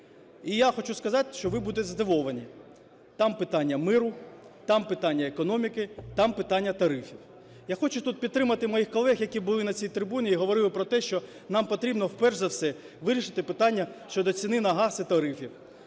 І я хочу сказати, що ви будете здивовані: там питання миру, там питання економіки, там питання тарифів. Я хочу тут підтримати моїх колег, які були на цій трибуні і говорили про те, що нам потрібно, перш за все вирішити питання щодо ціни на газ і тарифів.